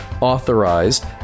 authorized